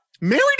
married